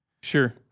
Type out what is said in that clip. Sure